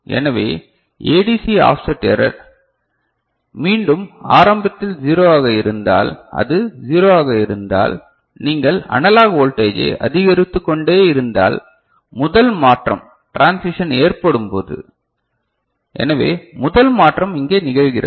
எனவே ADC offset error எனவே மீண்டும் ஆரம்பத்தில் 0 ஆக இருந்தால் அது 0 ஆக இருந்தால் நீங்கள் அனலாக் வோல்டேஜை அதிகரித்துக்கொண்டே இருந்தால் முதல் மாற்றம் ட்ரன்சிஷன் ஏற்படும் போது முதல் மாற்றம் இங்கே நிகழ்கிறது